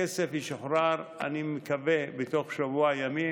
הכסף ישוחרר, אני מקווה, בתוך שבוע ימים.